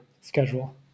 schedule